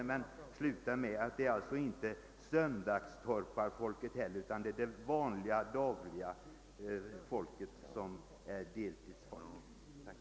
Jag vill bara sluta med att säga, att det inte alls är fråga om något söndagstorparfolk, utan om vanliga enkla människor som har ett deltidsarbete vid sidan om jordbruket.